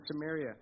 Samaria